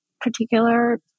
particular